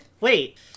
Wait